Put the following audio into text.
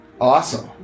Awesome